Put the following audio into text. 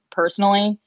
personally